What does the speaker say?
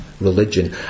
religion